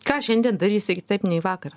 ką šiandien darysi kitaip nei vakar